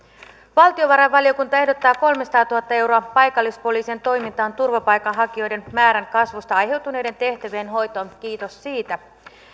valtiovarainvaliokunta ehdottaa kolmesataatuhatta euroa paikallispoliisien toimintaan turvapaikanhakijoiden määrän kasvusta aiheutuneiden tehtävien hoitoon kiitos siitä